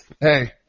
hey